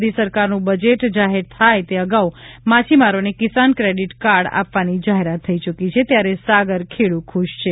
મોદી સરકારનું બજેટ જાહેર થાય તે અગાઉ માછીમારોને કિસાન ક્રેડિટ કાર્ડ આપવાની જાહેરાત થઇ ચૂકી છે ત્યારે સાગરખેડૂ ખુશ છે